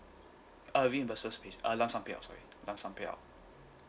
uh uh lump sum paid up sorry lump sum paid up